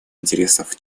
интересов